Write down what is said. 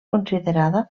considerada